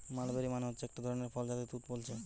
mulberry মানে হচ্ছে একটা ধরণের ফল যাকে তুত বোলছে